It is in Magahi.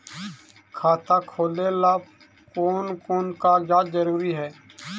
खाता खोलें ला कोन कोन कागजात जरूरी है?